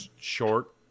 short